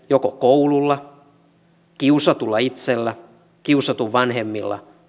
joko koululla kiusatulla itsellään tai kiusatun vanhemmilla